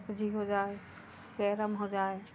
PUBG हो जाए carrom हो जाए